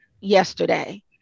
yesterday